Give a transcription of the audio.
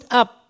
up